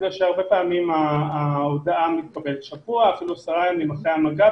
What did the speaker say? בגלל שהרבה פעמים ההודעה מתקבלת שבוע אפילו עשרה ימים אחרי המגע,